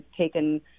taken